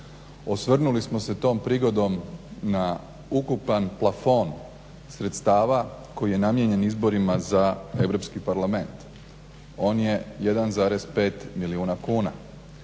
Osvrnuli smo se tom prigodom na ukupan plafon sredstava koji je namijenjen izborima za EU parlament. On je 1,5 milijuna kuna.